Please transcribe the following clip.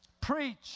Preach